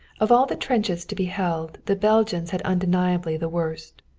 of all the trenches to be held, the belgians had undeniably the worst.